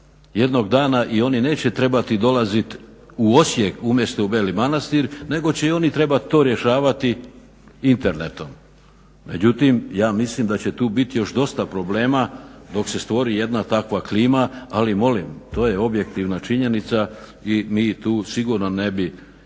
jednog dana i oni neće trebati dolazit u Osijek umjesto u Beli Manastir nego će i oni to rješavati internetom. Međutim ja mislim da će tu biti još dosta problema dok se stvori jedna takva klima ali molim, to je objektivna činjenica i mi tu sigurno ne bi